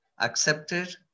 accepted